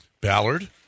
Ballard